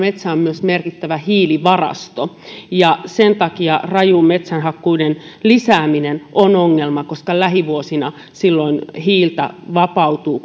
metsä on myöskin merkittävä hiilivarasto sen takia raju metsänhakkuiden lisääminen on ongelma koska silloin lähivuosina hiiltä vapautuu